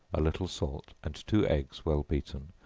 a little salt, and two eggs well beaten,